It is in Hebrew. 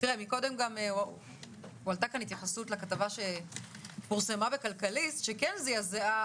הועלתה התייחסות לכתבה שפורסמה בכלכליסט שזעזעה